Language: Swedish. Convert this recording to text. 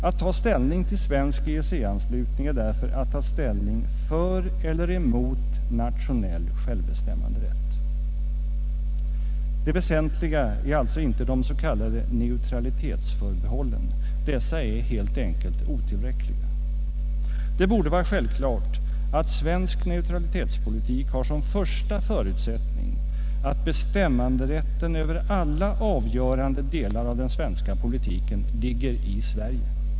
Att ta ställning till svensk EEC-anslutning är därför att ta ställning för eller emot nationell självbestämmanderätt. Det väsentliga är alltså inte de s.k. neutralitetsförbehållen — dessa är helt enkelt otillräckliga. Det borde vara självklart att svensk neutralitetspolitik har som första förutsättning att bestämmanderätten över alla avgörande delar av den svenska politiken ligger i Sverige.